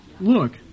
look